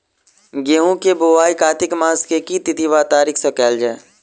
गेंहूँ केँ बोवाई कातिक मास केँ के तिथि वा तारीक सँ कैल जाए?